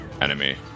enemy